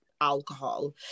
alcohol